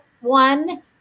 one